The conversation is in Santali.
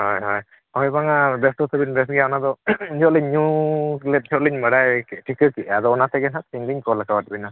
ᱦᱳᱭ ᱦᱳᱭ ᱦᱳᱭ ᱵᱟᱝᱟ ᱡᱟᱹᱥᱛᱤ ᱛᱟᱹᱵᱤᱱ ᱵᱮᱥ ᱜᱮᱭᱟ ᱚᱱᱟ ᱫᱚ ᱮᱱᱦᱤᱞᱳᱜ ᱞᱤᱧ ᱧᱩ ᱞᱮᱫ ᱪᱷᱚᱴ ᱞᱤᱧ ᱵᱟᱲᱟᱭ ᱴᱷᱤᱠᱟᱹ ᱠᱮᱜᱼᱟ ᱟᱫᱚ ᱚᱱᱟ ᱛᱮᱜᱮ ᱦᱟᱜ ᱛᱮᱦᱮᱧ ᱞᱤᱧ ᱠᱚᱞ ᱠᱟᱫ ᱵᱤᱱᱟ